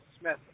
Smith